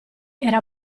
era